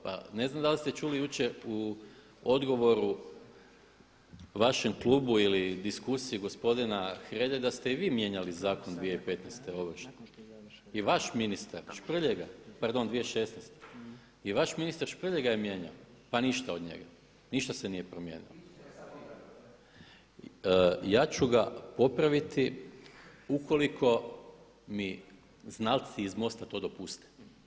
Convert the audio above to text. Pa ne znam da li ste čuli jučer u odgovoru vašem klubu ili diskusiji gospodina Hrelje da ste i vi mijenjali zakon 2015. ovršni i vaš ministar Šprlje, pardon 2016., i vaš ministar Šprlje ga je mijenjao pa ništa od njega, ništa se nije promijenilo. … [[Upadica se ne razumije.]] Ja ću ga popraviti ukoliko mi znalci iz MOST-a to dopuste.